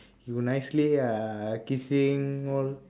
you nicely ah kissing all